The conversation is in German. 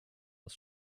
aus